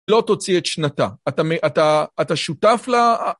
לא תוציא את שנתה, אתה שותף לה...